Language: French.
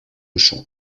chant